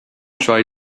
try